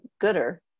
gooder